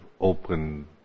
open